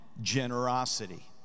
generosity